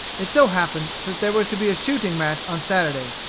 it so happened that there was to be a shooting match on saturday,